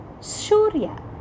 Surya